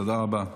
תודה רבה.